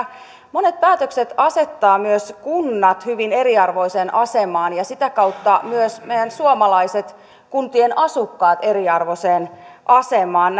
monet päätökset asettavat myös kunnat hyvin eriarvoiseen asemaan ja sitä kautta myös meidän suomalaiset kuntien asukkaat eriarvoiseen asemaan